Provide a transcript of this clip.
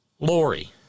Lori